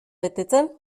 betetzen